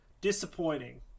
disappointing